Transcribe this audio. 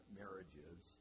marriages